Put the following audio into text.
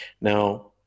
now